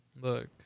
Look